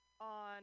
on